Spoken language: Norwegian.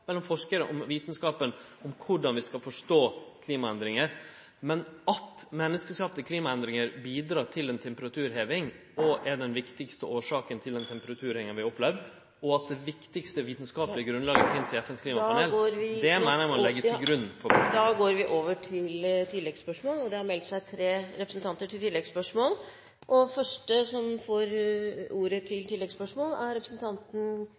mellom forskarar om vitskapen om korleis vi skal forstå klimaendringar, men at menneskeskapte klimaendringar bidrar til ei temperaturheving og er den viktigaste årsaka til den temperaturhevinga vi har opplevd, og at det viktigaste vitskapelege grunnlaget finst i FNs klimapanel, meiner eg må liggje til grunn for politikken. Ketil Solvik-Olsen – til